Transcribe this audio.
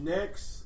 Next